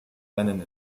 einen